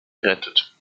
gerettet